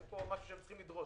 אין פה משהו שהם צריכים לדרוש,